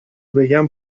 بگم